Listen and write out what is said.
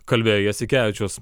kalbėjo jasikevičius